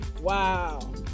Wow